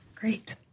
Great